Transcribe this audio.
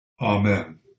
Amen